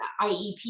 IEP